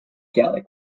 gallic